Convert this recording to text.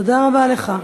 תודה רבה לך.